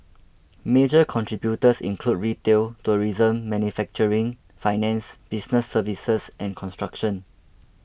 major contributors include retail tourism manufacturing finance business services and construction